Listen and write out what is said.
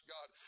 God